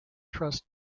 trust